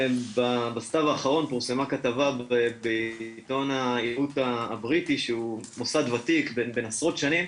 בסתיו האחרון פורסמה כתבה בעיתון הבריטי שהוא מוסד ותיק בן עשרות שנים,